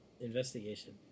investigation